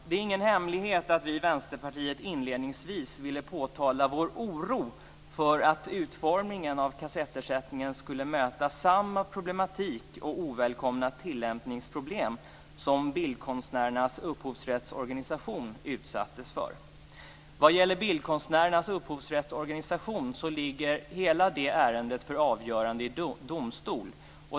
Det är ingen hemlighet att vi i Vänsterpartiet tidigare uttryckt oro för att utformningen av kassettersättningen skulle möta samma problematik och ovälkomna tillämpningsproblem som de som Bildkonstnärernas upphovsrättsorganisation utsatts för. Hela det ärende som gäller Bildkonstnärernas upphovsrättsorganisation ligger för avgörande i domstol.